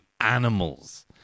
animals